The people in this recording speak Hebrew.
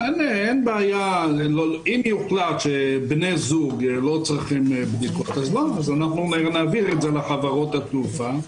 אם יוחלט שבני זוג לא צריכים בדיקות אז נעביר את זה לחברות התעופה,